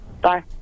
Bye